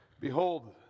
Behold